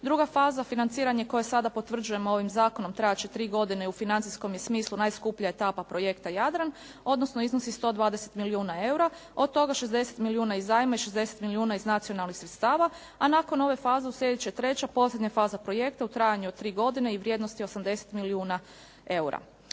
druga faza financiranje koje sada potvrđujemo ovim zakonom trajati će tri godine, u financijskom je smislu najskuplja etapa projekta Jadran, odnosno iznosi 120 milijuna eura, od toga 60 milijuna iz zajma i 60 milijuna iz nacionalnih sredstava a nakon ove faze uslijediti će treća posljednja faza projekta u trajanju od tri godine i vrijednosti od 80 milijuna eura.